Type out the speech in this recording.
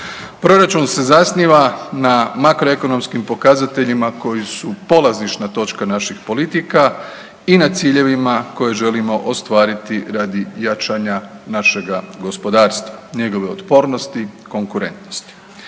Proračun se zasniva na makroekonomskim pokazateljima koji su polazišna točka naših politika i na ciljevima koje želimo ostvariti radi jačanja našega gospodarstva, njegove otpornosti konkurentnosti.